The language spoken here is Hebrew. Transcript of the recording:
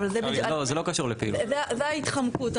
זו ההתחמקות.